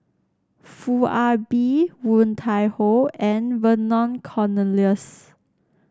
Foo Ah Bee Woon Tai Ho and Vernon Cornelius